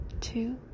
two